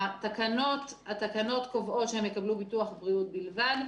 התקנות קובעות שהם יקבלו ביטוח בריאות בלבד.